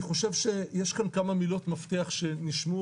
אני חושב שיש כאן כמה מילות מפתח שנשמעו,